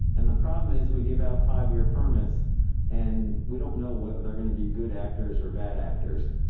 and the problem is we give out five-year permits and we don't know whether they're going to be good actors or bad actors.